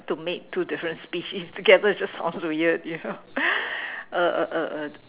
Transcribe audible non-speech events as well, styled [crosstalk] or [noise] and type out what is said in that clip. to mate two different species together it just sounds weird you know [laughs] uh uh uh uh